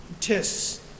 tests